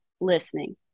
listening